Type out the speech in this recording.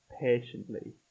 patiently